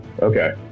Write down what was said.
Okay